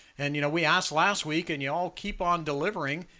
and, you know, we asked last week and you all keep on delivering.